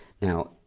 Now